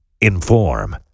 inform